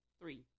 Three